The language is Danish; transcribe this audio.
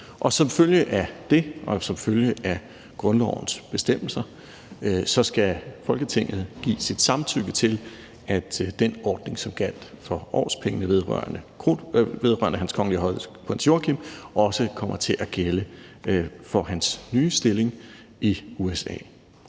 Og som følge af det og som følge af grundlovens bestemmelser skal Folketinget give sit samtykke til, at den ordning, som gjaldt for årpenge vedrørende Hans Kongelige Højhed Prins Joachim, også kommer til at gælde for hans nye stilling i USA.